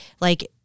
like-